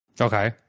Okay